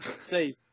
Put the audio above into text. Steve